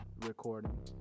recording